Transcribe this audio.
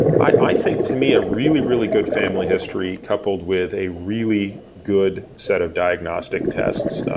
i think, to me, a really, really good family history coupled with a really good set of diagnostic tests,